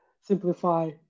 simplify